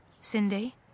Cindy